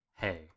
hey